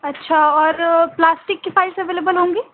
اچھا اور پلاسٹک کی فائلس اویلیبل ہوں گی